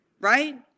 right